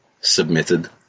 submitted